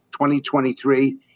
2023